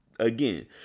again